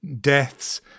deaths